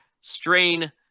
Strain